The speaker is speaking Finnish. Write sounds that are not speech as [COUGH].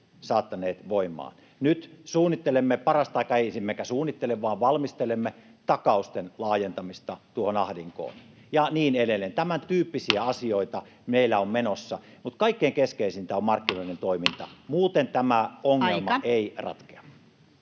saattaneet voimaan, nyt suunnittelemme parastaikaa — emmekä suunnittele, vaan valmistelemme — takausten laajentamista tuohon ahdinkoon, ja niin edelleen. Tämän tyyppisiä asioita [NOISE] meillä on menossa, mutta kaikkein keskeisintä on markkinoiden toiminta. [NOISE]